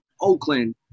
Oakland